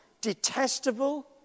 detestable